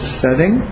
setting